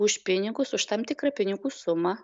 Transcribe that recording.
už pinigus už tam tikrą pinigų sumą